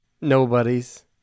Nobody's